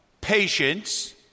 patience